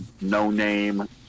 no-name